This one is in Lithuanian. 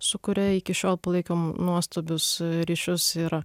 su kuria iki šiol palaikom nuostabius ryšius ir